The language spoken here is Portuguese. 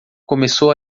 começou